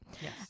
Yes